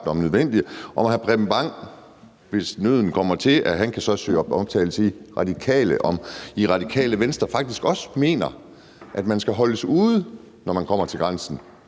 magt om nødvendigt, hvis nøden kommer til, at søge om optagelse i Radikale Venstre, og om man i Radikale Venstre faktisk også mener, at man skal holdes ude, når man kommer til grænsen,